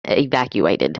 evacuated